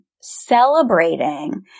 celebrating